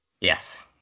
yes